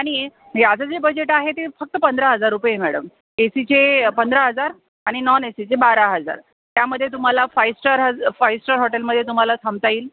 आनी याचं जे बजेट आहे ते फक्त पंधरा हजार रुपये मॅडम ए सीचे पंधरा हजार आणि नॉन ए सीचे बारा हजार त्यामध्ये तुम्हाला फाईव स्टार हज फायव स्टार हॉटेलमध्ये तुम्हाला थांबता येईल